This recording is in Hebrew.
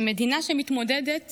מדינה שתמיד מתמודדת